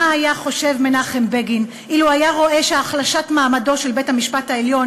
מה היה חושב מנחם בגין אילו ראה שהחלשת מעמדו של בית-המשפט העליון